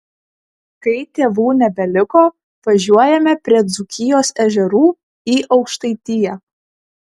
kai tėvų nebeliko važiuojame prie dzūkijos ežerų į aukštaitiją